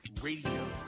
Radio